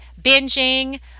binging